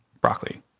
broccoli